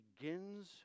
Begins